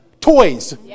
Toys